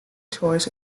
tours